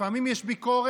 לפעמים יש ביקורת,